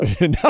No